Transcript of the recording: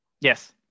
Yes